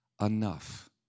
Enough